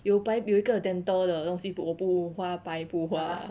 有白有一个 dental 的东西我不花白不花